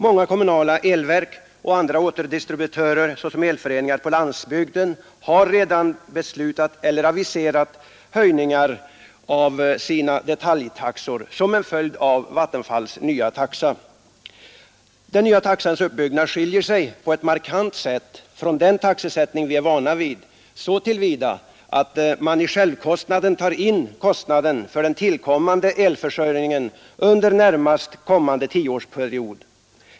Många kommunala elverk och andra återdistributörer, såsom elföreningar på landsbygden, har redan beslutat eller aviserat höjningar av sina detaljtaxor som en följd av Vattenfalls nya taxa. Den nya taxans uppbyggnad skiljer sig på ett markant sätt från den taxesättning vi är vana vid. Sålunda tar man i självkostnaden in kostnaden för den tillkommande elförsörjningen under den närmast kommande tioårsperioden.